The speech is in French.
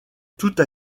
toute